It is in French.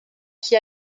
qui